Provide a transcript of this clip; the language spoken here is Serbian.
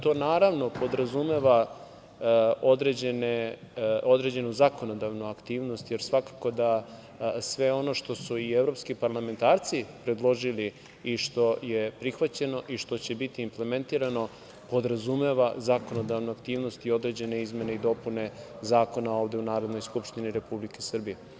To, naravno, podrazumeva određenu zakonodavnu aktivnost, jer svakako da sve ono što su i evropskim parlamentarci predložili i što je prihvaćeno i što će biti implementirano podrazumeva zakonodavnu aktivnost i određene izmene i dopune zakona ovde u Narodnoj skupštini Republike Srbije.